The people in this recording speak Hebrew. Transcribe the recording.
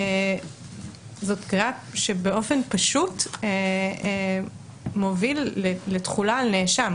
זאת קריאה שבאופן פשוט מוביל לתחולה על נאשם.